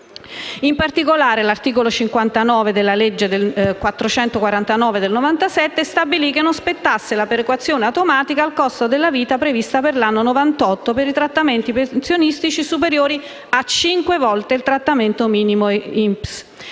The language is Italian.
in particolare, l'articolo 59 della legge n. 449 del 1997 stabilì che non spettasse la perequazione automatica al costo della vita prevista per l'anno 1998 per i trattamenti pensionistici superiori a cinque volte il trattamento minimo INPS